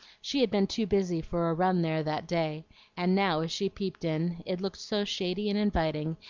she had been too busy for a run there that day and now, as she peeped in, it looked so shady and inviting,